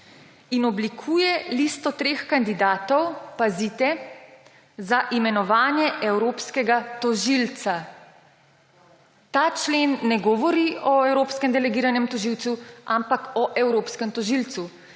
in oblikuje listo treh kandidatov,« pazite, »za imenovanje evropskega tožilca.« Ta člen ne govori o evropskem delegiranem tožilcu, ampak o evropskem tožilcu.